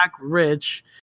rich